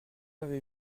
avez